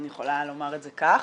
אני יכולה לומר את זה כך.